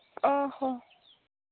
ᱚ ᱦᱚᱸ